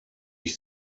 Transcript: ich